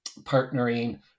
partnering